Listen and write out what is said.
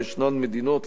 יש מדינות,